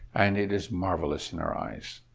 and it is marvelous in our eyes'?